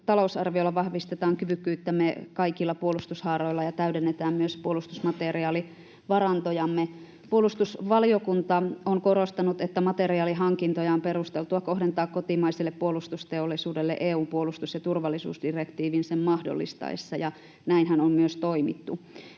talousarviolla vahvistetaan kyvykkyyttämme kaikilla puolustushaaroilla ja täydennetään myös puolustusmateriaalivarantojamme. Puolustusvaliokunta on korostanut, että materiaalihankintoja on perusteltua kohdentaa kotimaiselle puolustusteollisuudelle EU:n puolustus- ja turvallisuusdirektiivin sen mahdollistaessa, ja näinhän on myös toimittu.